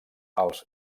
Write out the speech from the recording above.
als